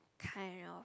kind of